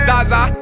Zaza